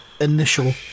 initial